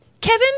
Kevin